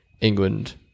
England